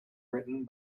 written